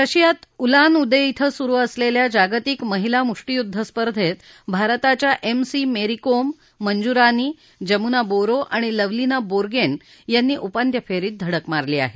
रशियात Ulan Ude इथं सुरु असलेल्या जागतिक महिला मुष्टीयुद्ध स्पर्धेत भारताच्या एम सी मेरीकोम मंजुरानी जमुना बोरो आणि लवलिना बोर्गेन यांनी उपात्य फेरीत धडक मारली आहे